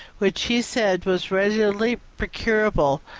which he said was readily procurable